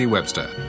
Webster